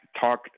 talk